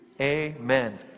Amen